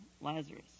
Lazarus